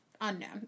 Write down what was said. Unknown